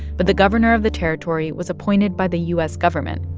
but the governor of the territory was appointed by the u s. government,